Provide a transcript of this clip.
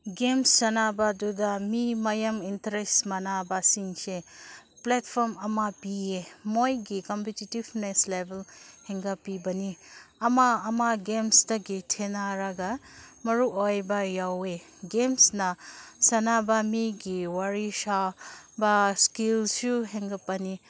game ꯁꯥꯟꯅꯕꯗꯨꯗ ꯃꯤ ꯃꯌꯥꯝ ꯏꯟꯇꯔꯦꯁ ꯃꯥꯟꯅꯕꯁꯤꯡꯁꯦ ꯄ꯭ꯂꯦꯠꯐꯣꯝ ꯑꯃ ꯄꯤꯌꯦ ꯃꯣꯏꯒꯤ ꯀꯝꯄꯤꯇꯦꯇꯤꯞꯅꯦꯁ ꯂꯦꯚꯦꯜ ꯍꯦꯟꯒꯠꯄꯤꯕꯅꯤ ꯑꯃ ꯑꯃ ꯒꯦꯝꯁꯇꯒꯤ ꯊꯦꯡꯅꯔꯒ ꯃꯔꯨ ꯑꯣꯏꯕ ꯌꯥꯎꯋꯦ ꯒꯦꯝꯁꯅ ꯁꯥꯟꯅꯕ ꯃꯤꯒꯤ ꯋꯥꯔꯤ ꯁꯥꯕ ꯁ꯭ꯀꯤꯜꯁꯨ ꯍꯦꯟꯒꯠꯄꯅꯤ